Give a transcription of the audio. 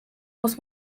muss